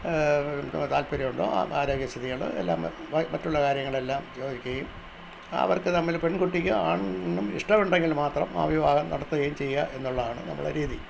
താൽപ്പര്യമുണ്ടോ ആരോഗ്യസ്ഥിതികൾ എല്ലാം മറ്റുള്ള കാര്യങ്ങളെല്ലാം ചോദിക്കുകയും അവർക്ക് തമ്മിൽ പെൺകുട്ടിക്കും ആണിനും ഇഷ്ട്ടമുണ്ടെങ്കിൽ മാത്രം ആ വിവാഹം നടത്തുകയും ചെയ്യുക എന്നുള്ളതാണ് നമ്മളെ രീതി